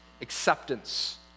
acceptance